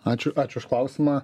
ačiū ačiū už klausimą